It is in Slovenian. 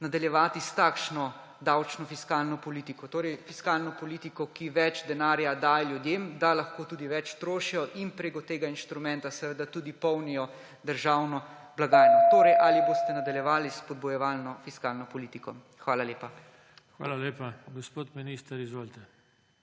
nadaljevati s takšno davčno fiskalno politiko? Torej fiskalno politiko, ki več denarja daje ljudem, da lahko tudi več trošijo in preko tega inštrumenta seveda tudi polnijo državno blagajno. Ali boste nadaljevali s spodbujevalno fiskalno politiko? Hvala lepa. PODPREDSEDNIK JOŽE TANKO: Hvala lepa. Gospod minister, izvolite.